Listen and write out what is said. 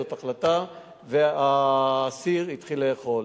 זו החלטה, והאסיר התחיל לאכול.